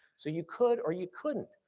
so you could or you couldn't,